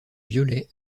violet